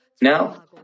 Now